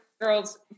girls